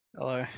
Hello